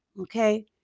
okay